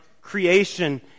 creation